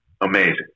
amazing